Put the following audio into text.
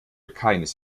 keines